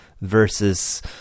versus